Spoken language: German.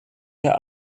der